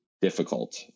difficult